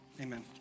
Amen